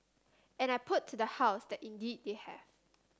and I put to the House that indeed they have